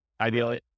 Ideally